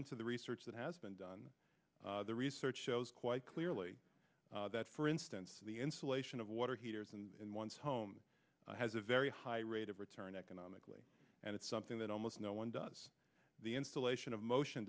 into the research that has been done the research shows quite clearly that for instance the lation of water heaters and in one's home has a very high rate of return economically and it's something that almost no one does the installation of motion